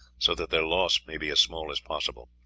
so that their loss may be as small as possible.